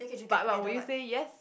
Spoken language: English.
but but will you say yes